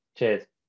Cheers